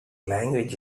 language